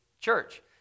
Church